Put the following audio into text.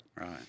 Right